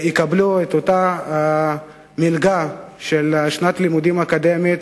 הם יקבלו את אותה מלגה של שנת לימודים אקדמית